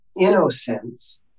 innocence